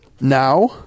Now